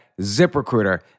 ZipRecruiter